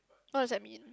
what does that mean